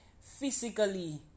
physically